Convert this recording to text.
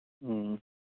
ꯎꯝ